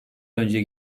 önce